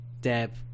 Deb